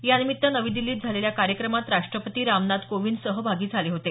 यानिमित्त नवी दिल्लीत झालेल्या कार्यक्रमात राष्ट्रपती रामनाथ कोविंद सहभागी झाले होते